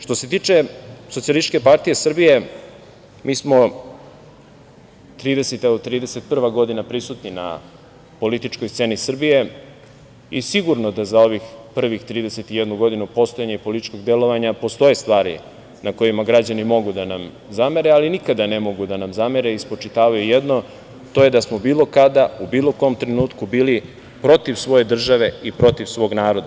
Što se tiče SPS, mi smo 30, evo 31. godina, prisutni na političkoj sceni Srbije i sigurno da za ovih prvih 31. godinu postojanja i političkog delovanja postoje stvari na kojima građani mogu da nam zamere, ali nikada ne mogu da nam zamere i spočitavaju jedno, a to je da smo bilo kada, u bilo kom trenutku bili protiv svoje države i protiv svog naroda.